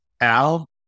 Al